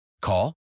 Call